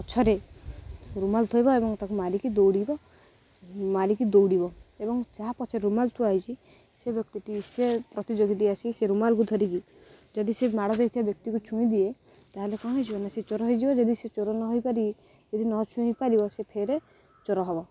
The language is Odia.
ପଛରେ ରୁମାଲ୍ ଥୋଇବ ଏବଂ ତା'କୁ ମାରିକି ଦୌଡ଼ିବ ମାରିକି ଦୌଡ଼ିବ ଏବଂ ଯାହା ପଛରେ ରୁମାଲ୍ ଥୁଆ ହୋଇଛି ସେ ବ୍ୟକ୍ତିଟି ସେ ପ୍ରତିଯୋଗୀଟି ଆସି ସେ ରୁମାଲ୍କୁ ଧରିକି ଯଦି ସେ ମାଡ଼ ଦେଇଥିବା ବ୍ୟକ୍ତିକୁ ଛୁଇଁ ଦିଏ ତାହେଲେ କ'ଣ ହେଇଯିବ ନା ସେ ଚୋର ହେଇଯିବ ଯଦି ସେ ଚୋର ନ ହେଇପାରିବି ଯଦି ନ ଛୁଇଁ ପାରିବ ସେ ଫେରେ ଚୋର ହେବ